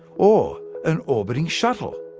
or an orbiting shuttle?